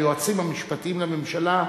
היועצים המשפטיים לממשלה,